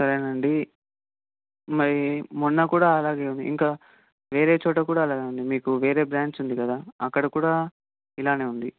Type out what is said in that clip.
సరేనండి మై మొన్న కూడా అలాగే ఉంది ఇంకా వేరే చోట కూడా అలాగే ఉంది మీకు వేరే బ్రాంచ్ ఉంది కదా అక్కడ కూడా ఇలానే ఉంది